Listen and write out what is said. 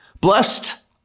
Blessed